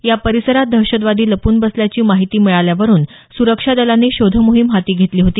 या परिसरात दहशतवादी लपून बसल्याची माहिती मिळाल्यावरुन सुरक्षा दलांनी शोध मोहीम हाती घेतली होती